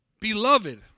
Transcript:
Beloved